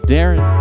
Darren